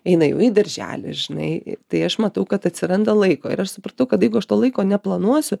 eina jau į darželį žinai tai aš matau kad atsiranda laiko ir aš supratau kad jeigu aš to laiko neplanuosiu